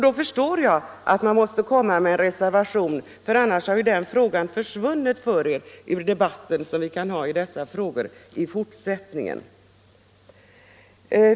Då förstår jag att — allmänna pensionsni måste ha en reservation, för annars hade den frågan försvunnit för = åldern, m.m. er ur den debatt som vi kan komma att föra i dessa frågor i fortsättningen.